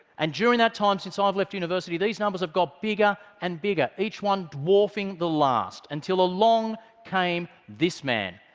and during that time, since i've left university, these numbers have got bigger and bigger, each one dwarfing the last, until along came this man,